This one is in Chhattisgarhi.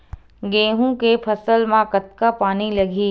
गेहूं के फसल म कतका पानी लगही?